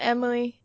Emily